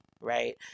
right